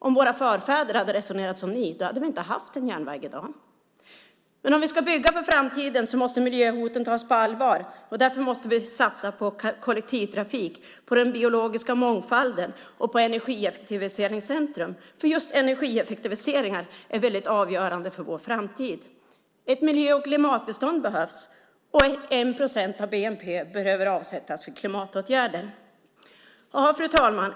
Om våra förfäder hade resonerat som ni hade vi inte haft en järnväg i dag. Om vi ska bygga för framtiden måste miljöhoten tas på allvar. Därför måste vi satsa på kollektivtrafik, på den biologiska mångfalden och på energieffektivisering, för just energieffektiviseringar är avgörande för vår framtid. Ett miljö och klimatbestånd behövs, och 1 procent av bnp behöver avsättas för klimatåtgärder. Fru talman!